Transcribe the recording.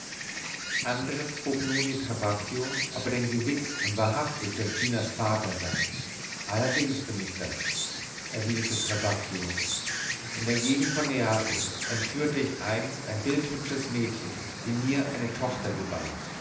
andres frug nun den trabacchio ob er denn gewiß und wahrhaftig giorginas vater sei allerdings bin ich das erwiderte trabacchio in der gegend von neapel entführte ich einst ein bildschönes mädchen die mir eine tochter gebar